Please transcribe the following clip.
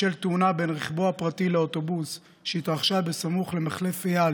בשל תאונה בין רכבו הפרטי לאוטובוס שהתרחשה בסמוך למחלף אייל